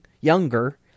younger